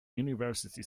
university